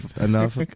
enough